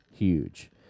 huge